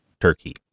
turkey